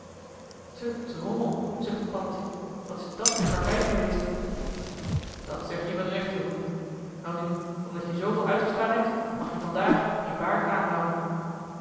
te drommel zuchtte paddeltje wat is dat een karwei geweest dat zeg je met recht jongen welnu omdat je zooveel uitgestaan hebt mag je vandaag je baard aanhouden